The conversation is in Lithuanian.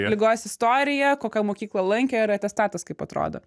ligos istoriją kokią mokyklą lankė ir atestatas kaip atrodo